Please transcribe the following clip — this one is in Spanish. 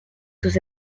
sus